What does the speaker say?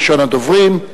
ראשון הדוברים,